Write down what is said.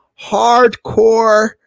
hardcore